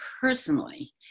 personally